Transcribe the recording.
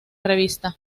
revista